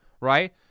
right